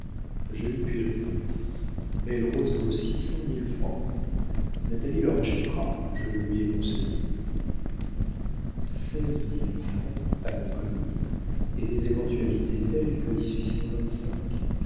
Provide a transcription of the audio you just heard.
je n'y puis rien belle rose vaut six cent mille francs natalie le rachètera je le lui ai conseillé seize mille francs année commune et des éventualités telles que